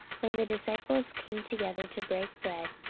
when the disciples came together to break bread,